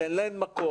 שאין להן מקום,